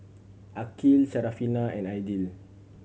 Aqil Syarafina and Aidil